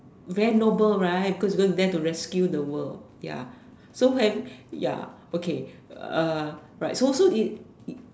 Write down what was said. very noble right because you go and dare to go rescue the world ya so when ya okay uh right so so if